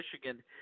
Michigan